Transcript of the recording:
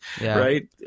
Right